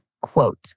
quote